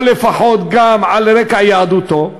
או לפחות גם על רקע יהדותו,